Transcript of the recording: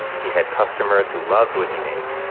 he had customers who loved what he made.